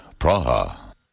Praha